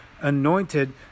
anointed